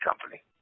company